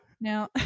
now